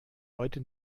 heute